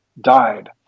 died